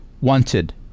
wanted